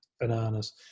bananas